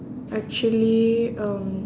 actually um